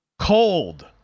Cold